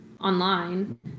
online